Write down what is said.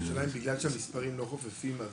השאלה היא אם בגלל שהמספרים לא חופפים אז